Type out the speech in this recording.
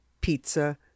Pizza